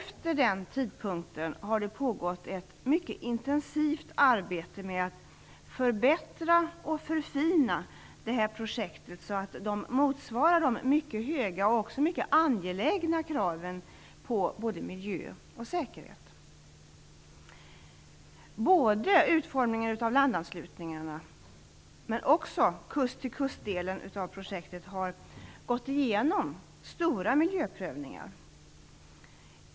Sedan dess har det pågått ett mycket intensivt arbete med att förbättra och förfina det här projektet, så att det motsvarar de mycket höga och även mycket angelägna kraven på både miljö och säkerhet. Både utformningen av landanslutningarna och kust-till-kust-delen av projektet har gått igenom stora miljöprövningar.